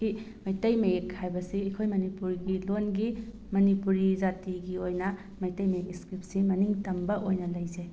ꯀꯤ ꯃꯩꯇꯩ ꯃꯌꯦꯛ ꯍꯥꯏꯕꯁꯤ ꯑꯩꯈꯣꯏ ꯃꯅꯤꯄꯨꯔꯒꯤ ꯂꯣꯟꯒꯤ ꯃꯅꯤꯄꯨꯔꯤ ꯖꯥꯇꯤꯒꯤ ꯑꯣꯏꯅ ꯃꯩꯇꯩ ꯃꯌꯦꯛ ꯏꯁꯀ꯭ꯔꯤꯞꯁꯤ ꯃꯅꯤꯡꯇꯝꯕ ꯑꯣꯏꯅ ꯂꯩꯖꯩ